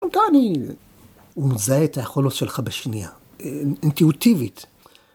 ‫הוא מזהה את היכולות שלך בשנייה, ‫אינטואיטיבית.